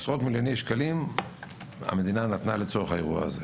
עשרות מיליוני שקלים המדינה נתנה לצורך האירוע הזה.